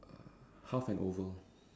half an oval